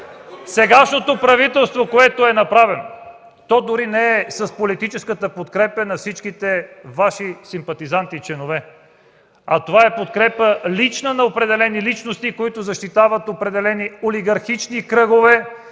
сегашното правителство, което е представено, то дори не е с политическата подкрепа на всички Ваши членове и симпатизанти. Това е лична подкрепа от определени личности, които защитават определени олигархични кръгове.